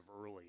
early